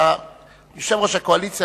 אתה יושב-ראש הקואליציה,